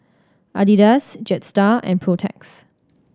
Adidas Jetstar and Protex